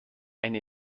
eine